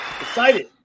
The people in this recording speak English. excited